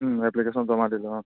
application জমা দিলো অঁ